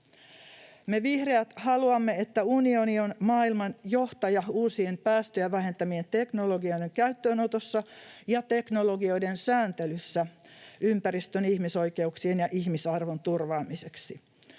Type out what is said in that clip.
Me vihreät haluamme, että unioni on maailman johtaja uusien päästöjä vähentävien teknologioiden käyttöönotossa ja teknologioiden sääntelyssä ympäristön, ihmisoikeuksien ja ihmisarvon turvaamiseksi.